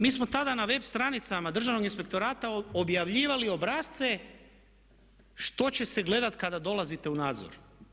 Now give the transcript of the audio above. Mi smo tada na web stranicama Državnog inspektorata objavljivali obrasce što će se gledati kada dolazite u nadzor.